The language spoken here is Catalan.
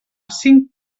cinc